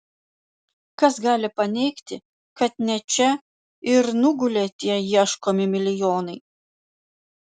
kas gali paneigti kad ne čia ir nugulė tie ieškomi milijonai